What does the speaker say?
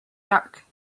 dark